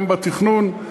גם בתכנון,